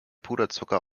puderzucker